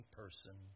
person